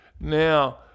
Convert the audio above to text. Now